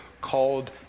called